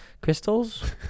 crystals